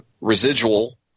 residual